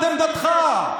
זאת עמדתך.